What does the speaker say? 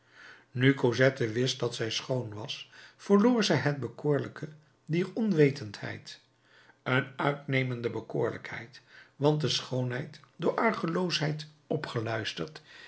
nu cosette wist dat zij schoon was verloor zij het bekoorlijke dier onwetendheid een uitnemende bekoorlijkheid want de schoonheid door argeloosheid opgeluisterd